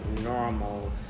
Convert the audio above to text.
normal